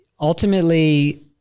ultimately